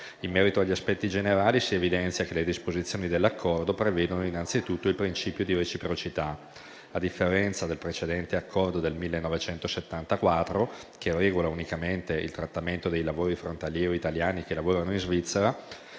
In merito agli aspetti generali, si evidenzia che le disposizioni dell'accordo prevedono innanzitutto il principio di reciprocità. A differenza del precedente accordo del 1974, che regola unicamente il trattamento dei lavoratori frontalieri italiani che lavorano in Svizzera,